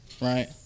right